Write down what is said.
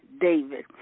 David